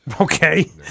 Okay